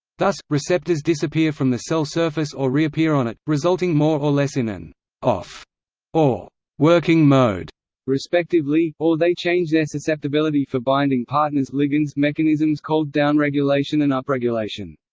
thus, receptors disappear from the cell surface or reappear on it, resulting more or less in an off or working mode respectively, or they change their susceptibility for binding partners like and mechanisms called downregulation and upregulation.